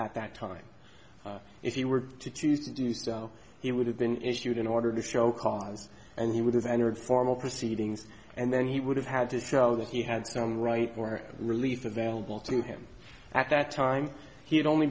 at that time if he were to choose to do so he would have been issued an order to show cause and he would have entered formal proceedings and then he would have had to show that he had some right where release available to him at that time he had only